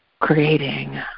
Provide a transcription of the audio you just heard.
creating